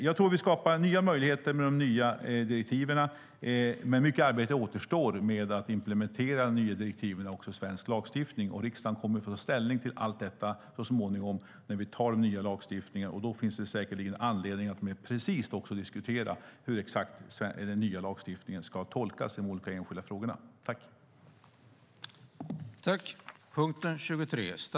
Jag tror att vi skapar nya möjligheter med de nya direktiven, men mycket arbete återstår med att implementera direktiven i svensk lagstiftning. Riksdagen kommer att få ta ställning till allt detta så småningom när vi ska införa den nya lagstiftningen. Då finns det säkert anledning att även diskutera exakt hur den nya lagstiftningen ska tolkas vad gäller de enskilda frågorna.